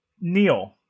Neil